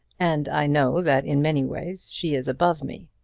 and i know that in many ways she is above me.